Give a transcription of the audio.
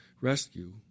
rescue